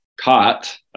caught